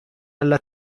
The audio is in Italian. alla